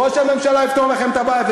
ראש הממשלה יפתור לכם את הבעיה.